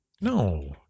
no